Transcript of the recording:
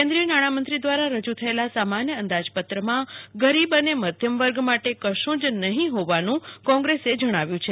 કેન્દ્રીય નાણામંત્રી દ્વારા રજૂ થયેલા સામાન્ય અંદાજ પત્રમાં ગરીબ અને મધ્યમ વર્ગ માટે કશું જ નહીં હોવાનું કોંગ્રેસે જણાવ્યું છે